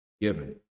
given